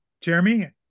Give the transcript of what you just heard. Jeremy